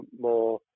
more